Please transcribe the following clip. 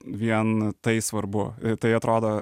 vien tai svarbu tai atrodo